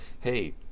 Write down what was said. hey